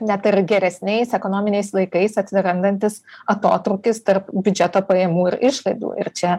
net ir geresniais ekonominiais laikais atsirandantis atotrūkis tarp biudžeto pajamų ir išlaidų ir čia